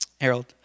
Harold